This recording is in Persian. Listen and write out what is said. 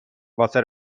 واسه